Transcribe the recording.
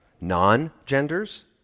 non-genders